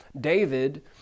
David